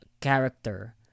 character